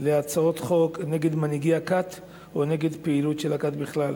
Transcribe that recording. להצעות חוק נגד מנהיגי הכת או נגד פעילות של הכת בכלל,